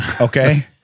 Okay